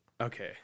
Okay